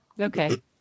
Okay